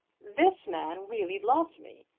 this man really loved me.